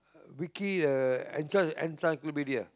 Wiki uh enc~ encyclopedia